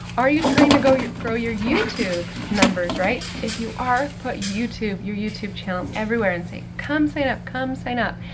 are you trying to grow your grow your youtube numbers, right? if you are, put youtube, your youtube channel everywhere and say, come sign up, come sign up.